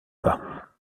pas